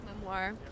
memoir